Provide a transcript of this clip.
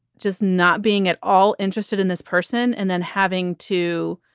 just not being at all interested in this person and then having to